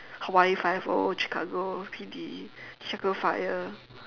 hawaii five O Chicago P_D Chicago fire